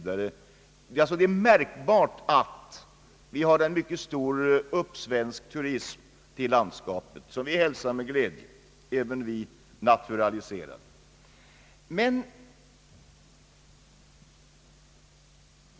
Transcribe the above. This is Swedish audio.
Det är alltså uppenbart att vi i landskapet Skåne har en mycket stor uppsvensk turism, som vi hälsar med glädje — även vi naturaliserade skåningar.